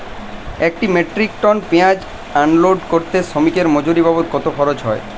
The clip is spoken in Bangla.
এক মেট্রিক টন পেঁয়াজ আনলোড করতে শ্রমিকের মজুরি বাবদ কত খরচ হয়?